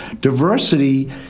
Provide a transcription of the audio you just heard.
diversity